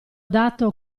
dato